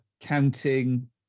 counting